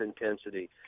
intensity